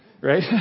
right